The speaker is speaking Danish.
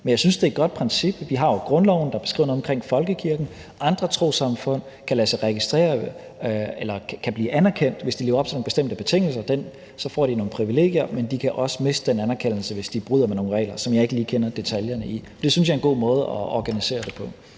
Men jeg synes, det er et godt princip, at vi har grundloven, der beskriver noget omkring folkekirken, og at andre trossamfund kan blive anerkendt, hvis de lever op til nogle bestemte betingelser, og så får de nogle privilegier. Men de kan også miste den anerkendelse, hvis de bryder nogle regler – som jeg ikke lige kender detaljerne i. Det synes jeg er en god måde at organisere det på.